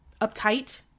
uptight